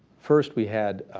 first we had